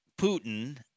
Putin